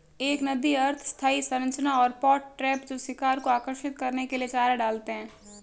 एक नदी अर्ध स्थायी संरचना और पॉट ट्रैप जो शिकार को आकर्षित करने के लिए चारा डालते हैं